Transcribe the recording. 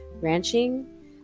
ranching